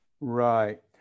Right